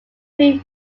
free